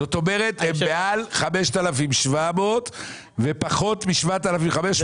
זאת אומרת, הם מעל 5,700 ₪ ופחות מ-7,500 ₪?